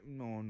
no